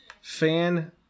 fan